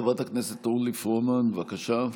חברת הכנסת אורלי פרומן, בבקשה.